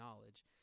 knowledge